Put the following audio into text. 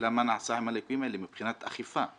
והשאלה מה נעשה עם הליקויים האלה מבחינת אכיפה,